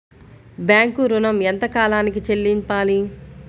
Bank ఋణం ఎంత కాలానికి చెల్లింపాలి?